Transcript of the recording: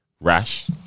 rash